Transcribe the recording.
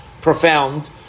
profound